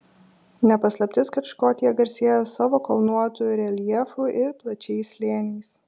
ne paslaptis kad škotija garsėja savo kalnuotu reljefu ir plačiais slėniais